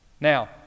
Now